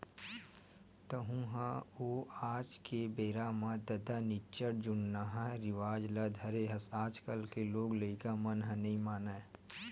तँहू ह ओ आज के बेरा म ददा निच्चट जुन्नाहा रिवाज ल धरे हस आजकल के लोग लइका मन ह नइ मानय